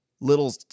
Little